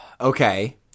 Okay